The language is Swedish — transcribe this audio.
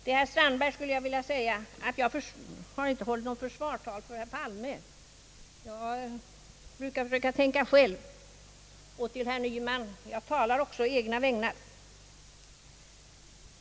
Till herr Strandberg vill jag säga, jag har inte hållit något försvarstal för herr Palme jag brukar försöka tänka själv — och till herr Nyman, jag talar å egna vägnar.